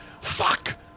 fuck